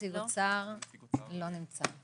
נציג אוצר לא נמצא.